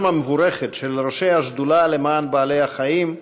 המבורכת של ראשי השדולה למען בעלי-החיים,